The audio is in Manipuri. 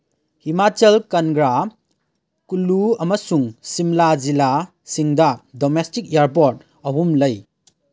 ꯍꯤꯃꯥꯆꯜ ꯀꯟꯒ꯭ꯔꯥ ꯀꯨꯂꯨ ꯑꯃꯁꯨꯡ ꯁꯤꯝꯂꯥ ꯖꯤꯂꯥꯁꯤꯡꯗ ꯗꯣꯃꯦꯁꯇꯤꯛ ꯏꯌꯥꯔꯄꯣꯔꯠ ꯑꯍꯨꯝ ꯂꯩ